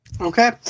Okay